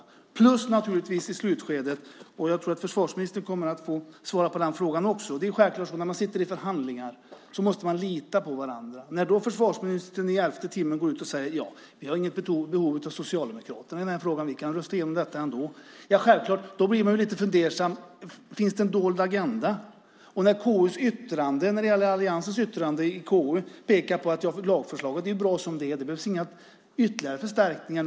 Dessutom handlar det naturligtvis också om det som hände i slutskedet - jag tror att försvarsministern kommer att behöva svara på det. När man sitter i förhandlingar måste man självfallet kunna lita på varandra. När försvarsministern i elfte timmen går ut och säger att de inte har något behov av Socialdemokraterna i den här frågan utan kan rösta igenom den ändå blir man förstås lite fundersam och undrar om det finns en dold agenda. Alliansens yttrande i KU pekar på att lagförslaget är bra som det är och att det inte behövs några ytterligare förstärkningar.